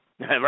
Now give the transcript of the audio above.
Right